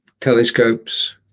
telescopes